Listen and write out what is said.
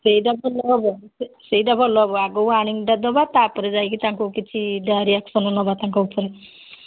ସେଇଟା ଭଲ ହବ ସେଇଟା ଭଲ ହବ ଆଗକୁ ୱାର୍ଣ୍ଣିଙ୍ଗଟା ଦେବା ତା'ପରେ ଯାଇକି ତାଙ୍କୁ କିଛିଟା ଆକ୍ସନ୍ ନେବା ତାଙ୍କ ଉପରେ